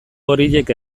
horiek